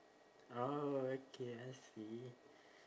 oh okay I see